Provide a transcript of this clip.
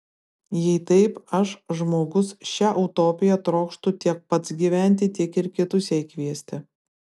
jei taip aš žmogus šia utopija trokštu tiek pats gyventi tiek ir kitus jai kviesti